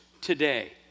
today